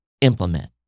implement